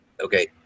Okay